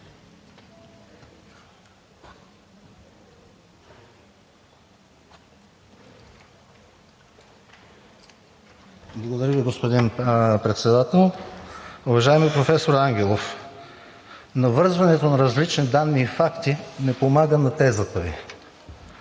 Благодаря Ви, господин Председател. Уважаеми професор Ангелов, навързването на различни данни и факти не помага на тезата Ви.